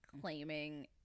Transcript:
claiming